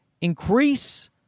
increase